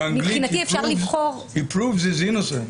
באנגלית היא פרובס היא אינוסנט.